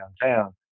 downtown